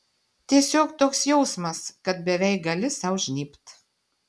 tiesiog toks jausmas kad beveik gali sau žnybt